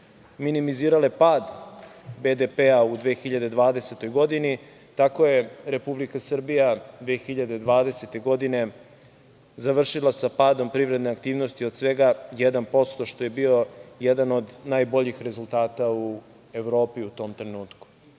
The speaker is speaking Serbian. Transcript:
minimizirale pad BDP-a u 2020. godini. Tako je Republika Srbija 2020. godine završila sa padom privredne aktivnosti od svega 1%, što je bio jedan od najboljih rezultata u Evropi u tom trenutku. Dakle,